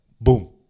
boom